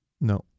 No